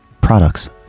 products